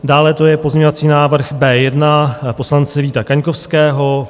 Dále to je pozměňovací návrh B1 poslance Víta Kaňkovského.